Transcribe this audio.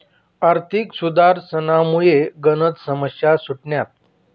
आर्थिक सुधारसनामुये गनच समस्या सुटण्यात